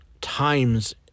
times